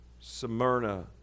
Smyrna